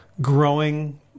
growing